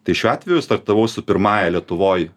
tai šiuo atveju startavau su pirmąja lietuvoj